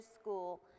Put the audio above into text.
School